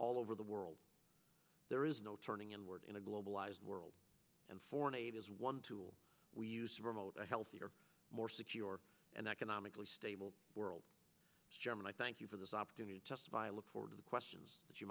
all over the world there is no turning inward in a globalized world and foreign aid is one tool we use remote a healthier more secure and economically stable world jim and i thank you for this opportunity to look forward to the questions that you